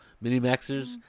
mini-maxers